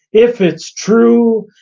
if it's true,